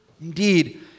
Indeed